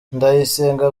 ndayisenga